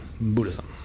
Buddhism